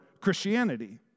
Christianity